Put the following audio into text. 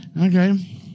Okay